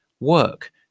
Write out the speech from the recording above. work